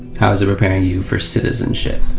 how's it preparing you for citizenship?